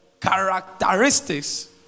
characteristics